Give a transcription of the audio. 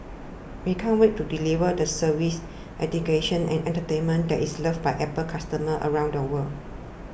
we can't wait to deliver the service education and entertainment that is loved by Apple customers around the world